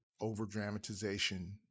over-dramatization